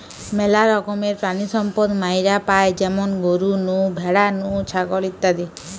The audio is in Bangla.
মেলা রকমের প্রাণিসম্পদ মাইরা পাই যেমন গরু নু, ভ্যাড়া নু, ছাগল ইত্যাদি